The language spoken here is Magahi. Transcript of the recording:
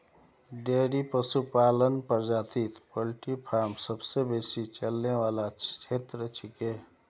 डेयरी पशुपालन प्रजातित पोल्ट्री फॉर्म सबसे बेसी चलने वाला क्षेत्र छिके